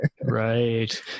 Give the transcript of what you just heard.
Right